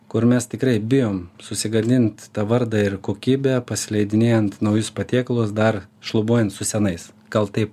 kur mes tikrai bijom susigadint tą vardą ir kokybę pasileidinėjant naujus patiekalus dar šlubuojant su senais kaltai